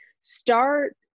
start